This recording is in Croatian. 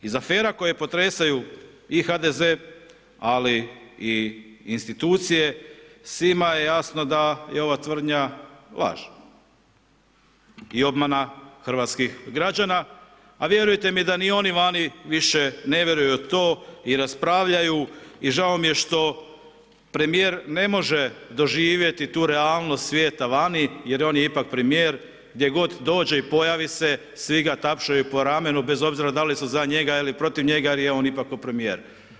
Iz afera koje potresaju i HDZ, ali i institucije svima je jasno da je ova tvrdnja laž i obmana hrvatskih građana, a vjerujte mi da ni oni vani više ne vjeruju u to i raspravljaju i žao mi je što premijer ne može doživjeti tu realnost svijeta vani jer on je ipak premijer, gdje god dođe i pojavi se svi ga tapšaju po ramenu bez obzira da li su za njega ili protiv njega, jer je on ipak premijer.